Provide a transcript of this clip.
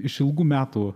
iš ilgų metų